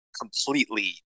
completely